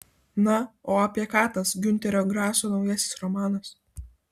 na o apie ką tas giunterio graso naujasis romanas